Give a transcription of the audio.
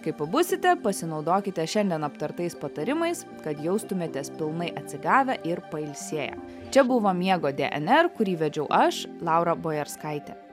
kai pabusite pasinaudokite šiandien aptartais patarimais kad jaustumėtės pilnai atsigavę ir pailsėję čia buvo miego dnr kurį vedžiau aš laura bojerskaitė